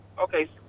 Okay